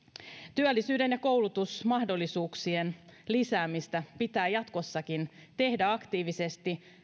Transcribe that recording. työllisyyden ja koulutusmahdollisuuksien lisäämistä pitää jatkossakin tehdä aktiivisesti